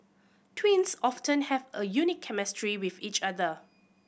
twins often have a unique chemistry with each other